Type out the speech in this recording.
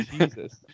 Jesus